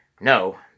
No